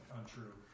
untrue